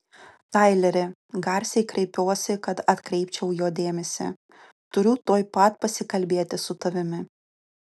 taileri garsiai kreipiuosi kad atkreipčiau jo dėmesį turiu tuoj pat pasikalbėti su tavimi